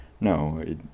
No